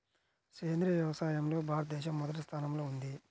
సేంద్రీయ వ్యవసాయంలో భారతదేశం మొదటి స్థానంలో ఉంది